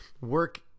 work